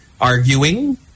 arguing